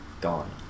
gone